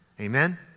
Amen